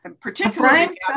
particularly